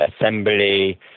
assembly